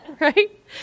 right